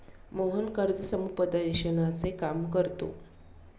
मोहन कर्ज समुपदेशनाचे काम करतो